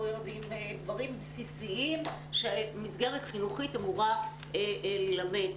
לא יודעים דברים בסיסיים שמסגרת חינוכית אמורה ללמד.